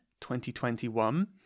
2021